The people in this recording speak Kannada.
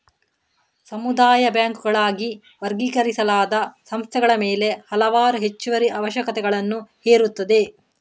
ಸಮುದಾಯ ಬ್ಯಾಂಕುಗಳಾಗಿ ವರ್ಗೀಕರಿಸಲಾದ ಸಂಸ್ಥೆಗಳ ಮೇಲೆ ಹಲವಾರು ಹೆಚ್ಚುವರಿ ಅವಶ್ಯಕತೆಗಳನ್ನು ಹೇರುತ್ತದೆ